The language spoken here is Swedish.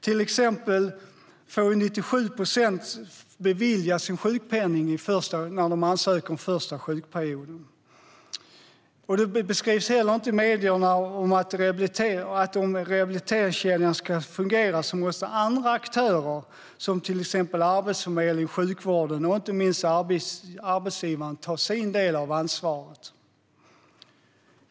Till exempel får 97 procent sin sjukpenning beviljad när de ansöker den första sjukperioden. Det beskrivs heller inte i medierna att om rehabiliteringskedjan ska fungera måste andra aktörer som till exempel Arbetsförmedlingen, sjukvården och inte minst arbetsgivaren ta sin del av ansvaret.